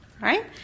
right